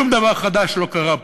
שום דבר חדש לא קרה פה.